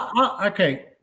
Okay